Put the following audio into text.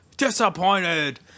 disappointed